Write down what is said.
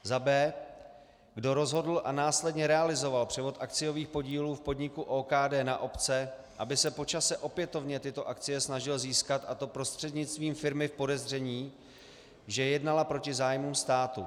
b) kdo rozhodl a následně realizoval převod akciových podílů v podniku OKD na obce, aby se po čase opětovně tyto akcie snažil získat, a to prostřednictvím firmy v podezření, že jednala proti zájmům státu,